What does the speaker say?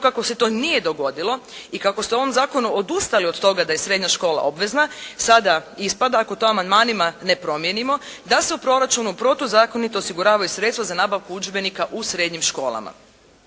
kako se to nije dogodilo i kako ste u ovom zakonu odustali od toga da je srednja škola obvezna, sada ispada ako to amandmanima ne promijenimo da se u proračunu protuzakonito osiguravaju sredstva za nabavku udžbenika u srednjim školama.